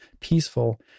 peaceful